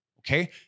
Okay